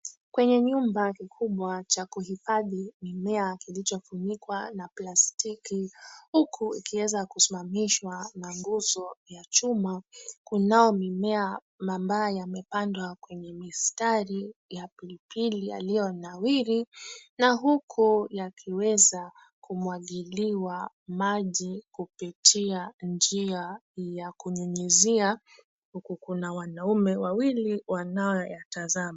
Kwenye nyumba kikubwa cha kuhifadhi mimea kilichofunikwa na plastiki huku ikiweza kusimamishwa na nguzo ya chuma kunao mimea ambayo yamepandwa kwenye mistari ya pilipili yaliyonawiri na huku yakiweza kumwagiliwa maji kupitia njia ya kunyunyizia huku kuna wanaume wawili wanaoyatazama.